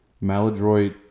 Maladroit